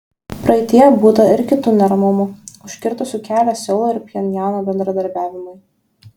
praeityje būta ir kitų neramumų užkirtusių kelią seulo ir pchenjano bendradarbiavimui